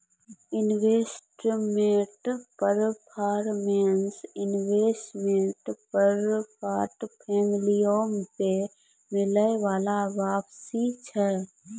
investment performance investment portfolio पे मिलै बाला वापसी छै